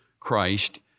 Christ